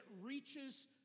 reaches